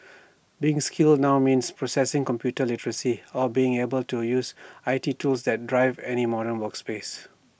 being skilled now means possessing computer literacy or being able to use I T tools that drive any modern workplace